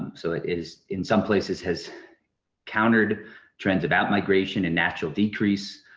so it is in some places has countered trends about migration and natural decrease,